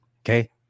Okay